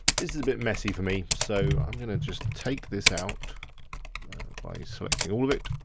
this is a bit messy for me, so i'm gonna just take this out by selecting all of it,